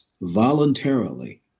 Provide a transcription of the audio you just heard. voluntarily